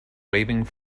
waving